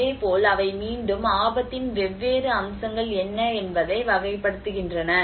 அதேபோல் அவை மீண்டும் ஆபத்தின் வெவ்வேறு அம்சங்கள் என்ன என்பதை வகைப்படுத்துகின்றன